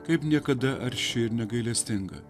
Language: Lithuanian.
kaip niekada arši ir negailestinga